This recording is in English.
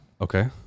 Okay